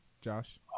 Josh